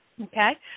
Okay